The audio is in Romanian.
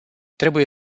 trebuie